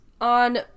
on